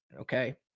okay